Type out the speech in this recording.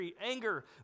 anger